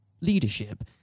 leadership